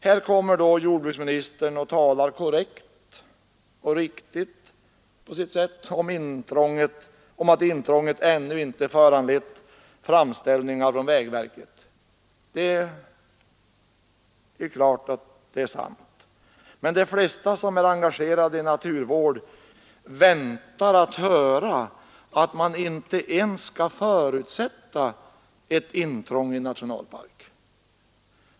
Här kommer då jordbruksministern och talar korrekt och riktigt, på sitt sätt, om att intrånget ännu inte föranlett framställningar från vägverket. Det är klart att det är sant, men de flesta som är engagerade i naturvård väntar att höra att man inte ens skall förutsätta ett intrång i en nationalpark.